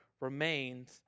remains